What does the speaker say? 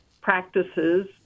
practices